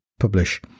publish